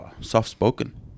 soft-spoken